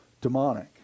demonic